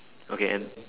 okay and